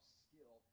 skill